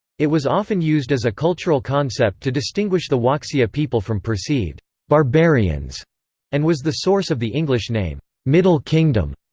it was often used as a cultural concept to distinguish the huaxia people from perceived barbarians and was the source of the english name middle kingdom.